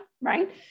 right